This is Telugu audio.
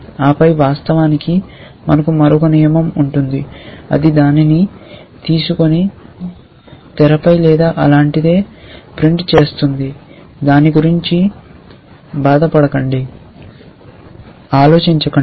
ఆపై వాస్తవానికి మనకు మరొక నియమం ఉంటుంది అది దానిని తీసుకొని తెరపై లేదా అలాంటిదే ప్రింట్ చేస్తుంది దాని గురించి బాధపడకండి